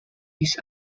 his